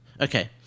Okay